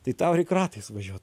tai tau reik ratais važiuot